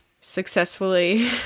successfully